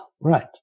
right